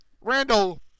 Randall